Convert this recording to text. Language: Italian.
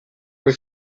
puoi